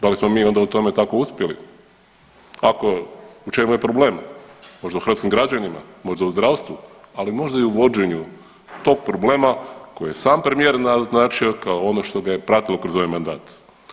Da li smo mi onda u tome tako uspjeli, ako, u čemu je problem, možda u hrvatskim građanima, možda u zdravstvu, ali možda i u vođenju tog problema koji je sam premijer naznačio kao ono što ga je pratilo kroz ovaj mandat.